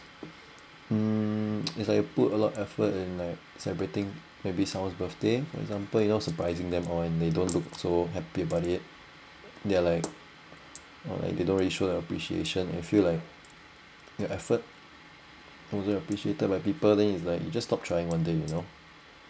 um it's like you put a lot of effort and like celebrating maybe someone's birthday for example you know surprising them or and they don't look so happy about it they're like uh or like they don't really show their appreciation and you feel like your efforts not appreciated by people then is like you just stop trying one day you know